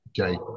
Okay